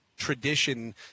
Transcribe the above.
tradition